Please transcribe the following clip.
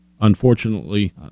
unfortunately